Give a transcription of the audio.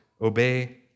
Obey